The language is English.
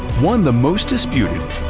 won the most disputed,